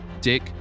Dick